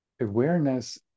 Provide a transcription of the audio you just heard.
Awareness